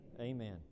Amen